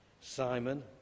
Simon